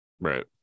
right